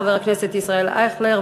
חבר הכנסת ישראל אייכלר,